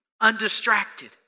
undistracted